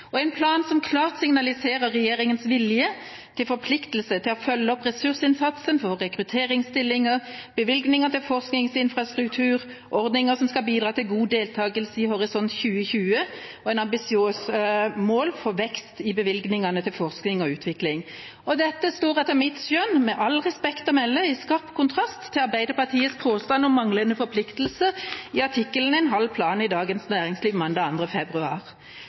og en plan som klart signaliserer regjeringas vilje til forpliktelse til å følge opp ressursinnsatsen for rekrutteringsstillinger, bevilgninger til forskningsinfrastruktur, ordninger som skal bidra til god deltagelse i Horisont 2020, og et ambisiøst mål for vekst i bevilgningene til forskning og utvikling. Dette står etter mitt skjønn, med all respekt å melde, i skarp kontrast til Arbeiderpartiets påstand om manglende forpliktelser i artikkelen «En halv plan» i Dagens Næringsliv, mandag 2. februar.